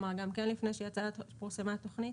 לפני שפורסמה התוכנית.